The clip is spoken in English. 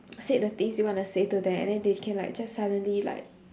said the things you wanna say to them and then they can like just suddenly like